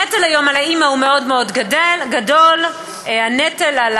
הנטל היום על האימא הוא מאוד מאוד גדול, הנטל על